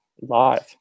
live